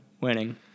winning